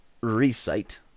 recite